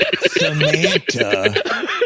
Samantha